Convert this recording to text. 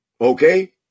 Okay